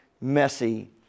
messy